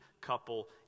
couple